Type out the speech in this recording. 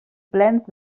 plens